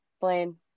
Blaine